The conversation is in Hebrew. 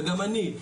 וגם אני,